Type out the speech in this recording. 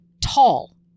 tall